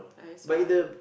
I also I